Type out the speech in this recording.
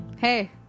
Hey